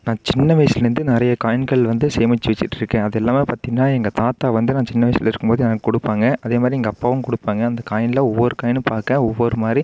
நான் சின்ன வயசுலருந்து நிறைய காயின்கள் வந்து சேமிச்சு வச்சிட்டு இருக்கேன் அதெல்லாமே பார்த்திங்கன்னா எங்கள் தாத்தா வந்து நான் சின்ன வயசில் இருக்கும்போது எனக்கு கொடுப்பாங்க அதேமாதிரி எங்கள் அப்பாவும் கொடுப்பாங்க அந்த காயினில் ஒவ்வொரு காயினும் பார்க்க ஒவ்வொரு மாதிரி